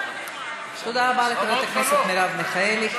תודה רבה לחברת הכנסת מרב מיכאלי.